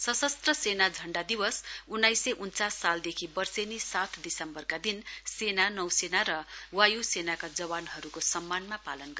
सशस्त्र सेना झण्डा दिवस उन्नाइस सय उन्चास सालदेखि वर्षेनी सात दिसम्बरका दिन सेना नौसेना र वायुसेनाका जवानहरूको सम्मानमा पालन गरिन्छ